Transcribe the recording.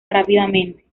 rápidamente